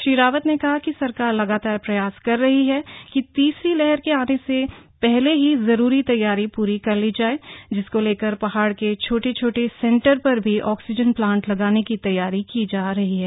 श्री रावत ने कहा कि सरकार लगातार प्रयास कर रही है कि तीसरी लहर के आने से पहले ही जरूरी तैयारी पूरी कर ली जाए जिसको लेकर पहाड़ के छोटे छोटे सेंटर पर भी ऑक्सीजन प्लांट लगाने की तैयारी की जा रही है